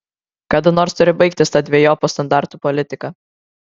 kada nors turi baigtis ta dvejopų standartų politika